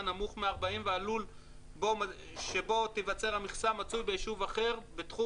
נמוך מ-40 והלול שבו תיוצר המכסה מצוי ביישוב אחר בתחום